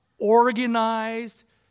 organized